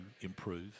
improve